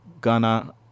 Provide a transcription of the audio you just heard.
ghana